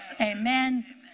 Amen